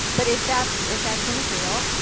but if that's if that's your material.